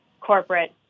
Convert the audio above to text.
corporate